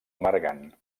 amargant